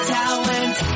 talent